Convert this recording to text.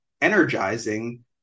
energizing